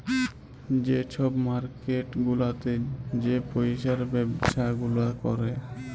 যে ছব মার্কেট গুলাতে যে পইসার ব্যবছা গুলা ক্যরে